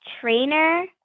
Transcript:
trainer